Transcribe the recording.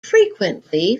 frequently